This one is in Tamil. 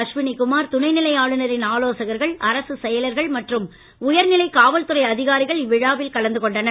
அஸ்வினி குமார் துணைநிலை ஆளுநரின் ஆலோசகர்கள் அரசுச் செயலர்கள் மற்றும் உயர்நிலைக் காவல்துறை அதிகாரிகள் இவ்விழாவில் கலந்து கொண்டனர்